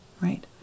right